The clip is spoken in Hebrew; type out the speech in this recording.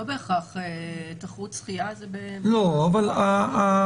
לא בהכרח, תחרות שחייה זה בבריכה סגורה.